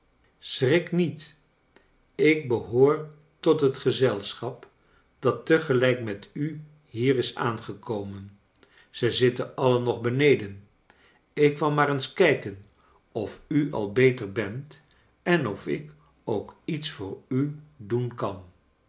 schrik niet ik behoor tot het gezelschap dat te gelijk met u hier is aangekomen ze zitten alien nog beneden ik kwam maar eens kijken of u al beter bent en of ik ook iets voor u doen kan